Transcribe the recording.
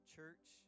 Church